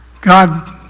God